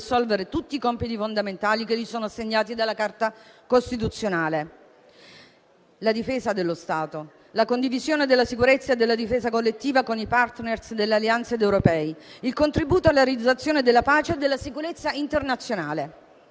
assolvere i compiti fondamentali loro assegnati dalla Carta costituzionale: la difesa dello Stato; la condivisione della sicurezza e della difesa collettiva con i *partner* dell'Alleanza ed europei; il contributo alla realizzazione della pace e della sicurezza internazionale;